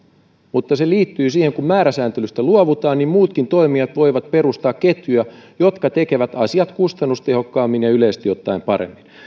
mutta se liittyy siihen että kun määräsääntelystä luovutaan niin muutkin toimijat voivat perustaa ketjuja jotka tekevät asiat kustannustehokkaammin ja yleisesti ottaen paremmin